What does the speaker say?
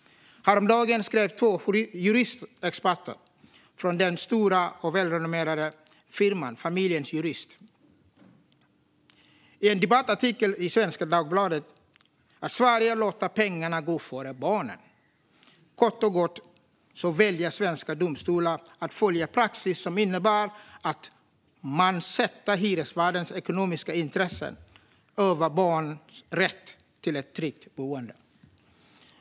Häromdagen skrev två juridiska experter från den stora och välrenommerade firman Familjens Jurist i en debattartikel i Svenska Dagbladet att Sverige låter pengarna gå före barnen. Kort och gott väljer svenska domstolar att följa praxis, som innebär att man sätter hyresvärdens ekonomiska intresse framför barns rätt till ett tryggt boende.